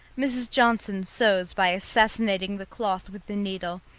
mrs. johnson sews by assassinating the cloth with the needle,